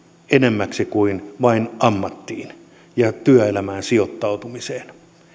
enemmäksi kuin vain ammattiin ja työelämään sijoittautumiseen